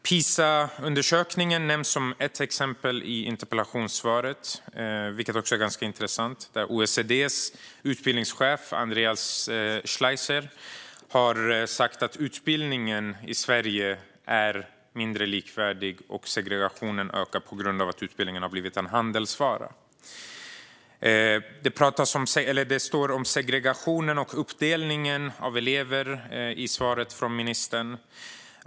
PISA-undersökningen nämns i interpellationssvaret, vilket är ganska intressant då OECD:s utbildningschef Andreas Schleicher har sagt att utbildningen i Sverige inte är likvärdig och att segregationen ökar på grund av att utbildning har blivit en handelsvara. Det talas om segregationen och uppdelningen av elever i svaret från ministern.